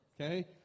Okay